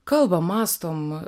kalbam mąstom